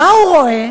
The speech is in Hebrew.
מה הוא רואה?